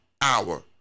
hour